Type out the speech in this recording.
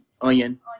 Onion